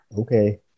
okay